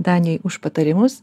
daniui už patarimus